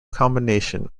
combination